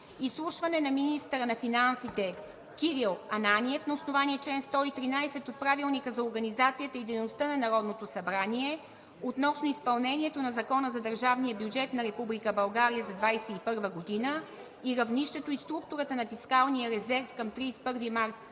Изслушване на министъра на финансите Кирил Ананиев на основание чл. 113 от Правилника за организацията и дейността на Народното събрание относно изпълнението на Закона за държавния бюджет на Република България за 2021 г. и равнището и структурата на фискалния резерв към 31 март